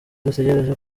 dutegereje